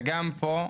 וגם פה,